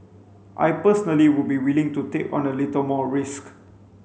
I personally would be willing to take on a little more risk